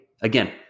again